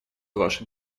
вашим